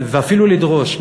ואפילו לדרוש,